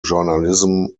journalism